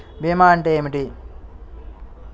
భీమా అంటే ఏమిటి?